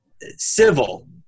civil